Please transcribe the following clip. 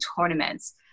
tournaments